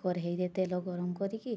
କରେହିରେ ତେଲ ଗରମ କରିକି